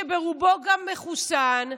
שברובו גם מחוסן.